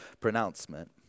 pronouncement